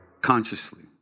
Consciously